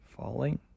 falling